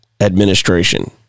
administration